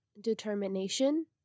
determination